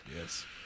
Yes